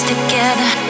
together